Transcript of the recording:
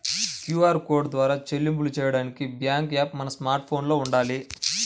QR code ద్వారా చెల్లింపులు చెయ్యడానికి బ్యేంకు యాప్ మన స్మార్ట్ ఫోన్లో వుండాలి